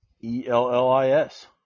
E-L-L-I-S